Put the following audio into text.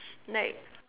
like